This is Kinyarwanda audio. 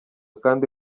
kandi